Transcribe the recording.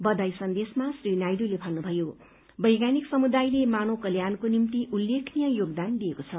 बधाई सन्देशमा श्री नायडूले भन्नुभयो वैज्ञानिक समुदायले मानव र कल्याणको निम्ति उल्लेखनीय योगदान दिएको छ